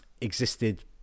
existed